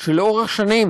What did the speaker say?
שלאורך שנים